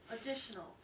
Additional